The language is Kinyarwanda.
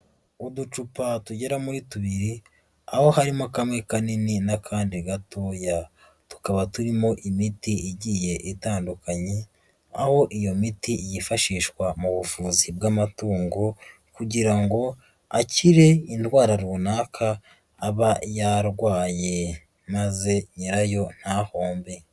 Uducupa tugera muri tubiri, aho harimo kamwe kanini n'akandi gatoya, tukaba turimo imiti igiye itandukanye, aho iyo miti yifashishwa mu buvuzi bw'amatungo, kugira ngo akire indwara runaka aba yarwaye, maze nyirayo ntahombe.